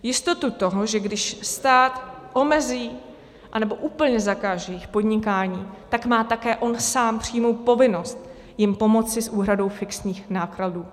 Jistotu toho, že když stát omezí anebo úplně zakáže jejich podnikání, tak má také on sám přímou povinnost jim pomoci s úhradou fixních nákladů.